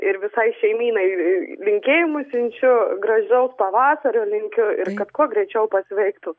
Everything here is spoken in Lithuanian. ir visai šeimynai linkėjimus siunčiu gražaus pavasario linkiu kad kuo greičiau pasveiktų